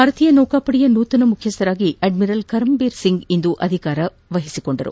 ಭಾರತೀಯ ನೌಕಾಪಡೆಯ ನೂತನ ಮುಖ್ಯಸ್ಥರಾಗಿ ಅದ್ಮಿರಲ್ ಕರಂಬೀರ್ ಸಿಂಗ್ ಇಂದು ಅಧಿಕಾರ ಸ್ವೀಕರಿಸಿದರು